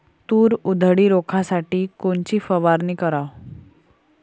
तूर उधळी रोखासाठी कोनची फवारनी कराव?